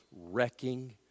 wrecking